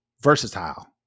versatile